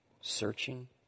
searching